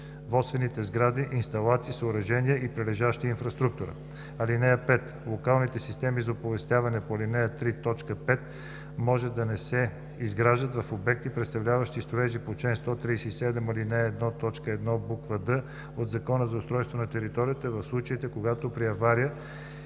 производствени сгради, инсталации, съоръжения и прилежаща инфраструктура. (5) Локалните системи за оповестяване по ал. 3, т. 5 може да не се изграждат в обекти, представляващи строежи по чл. 137, ал. 1, т. 1, буква „д“ от Закона за устройство на територията в случаите, когато при авария